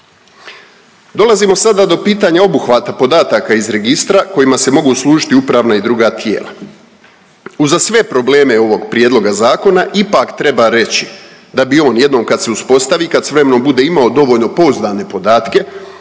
Dolazimo sada do pitanja obuhvata podataka iz registra kojima se mogu služiti upravna i druga tijela. Uza sve probleme ovog prijedloga zakona ipak treba reći da bi on jednom kad se uspostavi, kad s vremenom bude imao dovoljno pouzdane podatke